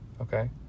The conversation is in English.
Okay